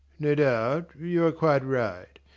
no doubt you are quite right.